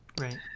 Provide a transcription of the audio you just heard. Right